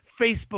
Facebook